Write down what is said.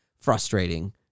frustrating